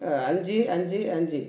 அஞ்சு அஞ்சு அஞ்சு